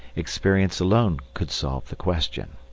experience alone could solve the question.